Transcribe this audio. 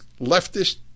leftist